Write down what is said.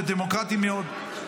זה דמוקרטי מאוד.